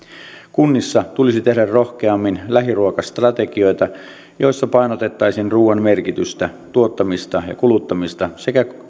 kunnissa tulisi tehdä rohkeammin lähiruokastrategioita joissa painotettaisiin ruoan merkitystä tuottamista ja kuluttamista sekä